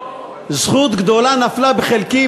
זכות גדולה נפלה בחלקי,